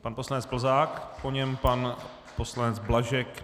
Pan poslanec Plzák, po něm pan poslanec Blažek.